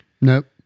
nope